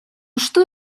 что